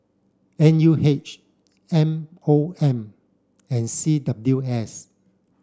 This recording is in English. N U H M O M and C W S